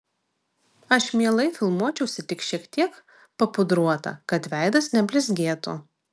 aš mielai filmuočiausi tik šiek tiek papudruota kad veidas neblizgėtų